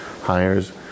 Hires